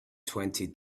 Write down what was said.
twenty